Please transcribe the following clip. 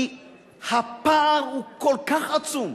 כי הפער הוא כל כך עצום,